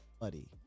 buddy